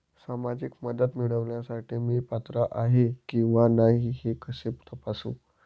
सामाजिक मदत मिळविण्यासाठी मी पात्र आहे किंवा नाही हे कसे तपासू?